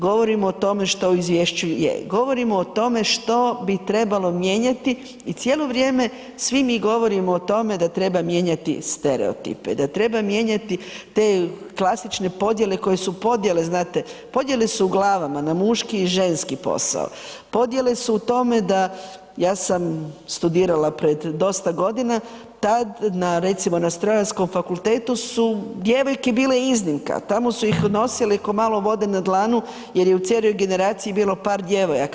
Govorimo o tome što u izvješću je, govorimo o tome što bi trebalo mijenjati i cijelo vrijeme svi mi govorimo o tome da treba mijenjati stereotipe, da treba mijenjati te klasične podjele koje su podjele znate, podjele su u glavama na muški i ženski posao, podjele su u tome da, ja sam studirala pred dosta godina, tad recimo na Strojarskom fakultetu su djevojke bile iznimka, tamo su ih nosili ko malo vode na dlanu jer je u cijeloj generaciji bilo par djevojaka.